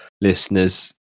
listeners